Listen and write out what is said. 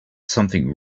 something